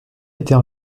était